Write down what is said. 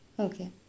Okay